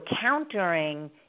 countering